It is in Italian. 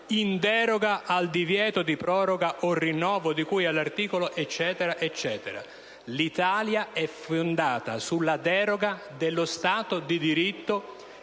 deroga al divieto di proroga o rinnovo di cui all'articolo (...)». L'Italia è fondata sulla deroga dello Stato di diritto